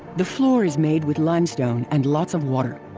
the floor is made with limestone and lots of water.